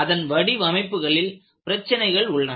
அதன் வடிவமைப்புகளில் பிரச்சினைகள் உள்ளன